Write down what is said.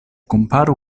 komparu